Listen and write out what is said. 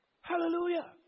Hallelujah